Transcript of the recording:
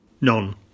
None